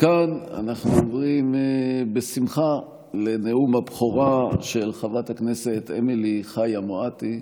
מכאן אנחנו עוברים בשמחה לנאום הבכורה של חברת הכנסת אמילי חיה מואטי.